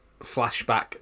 flashback